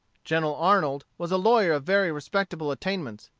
general arnold was a lawyer of very respectable attainments.